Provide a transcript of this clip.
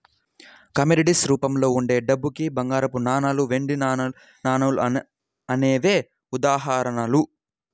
commodities రూపంలో ఉండే డబ్బుకి బంగారపు నాణాలు, వెండి నాణాలు అనేవే ఉదాహరణలు